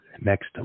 next